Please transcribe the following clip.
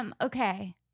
Okay